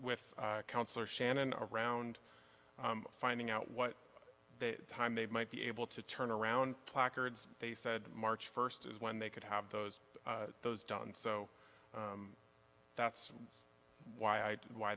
with counselor shannon around finding out what time they might be able to turn around placards they said march first is when they could have those those done so that's why i why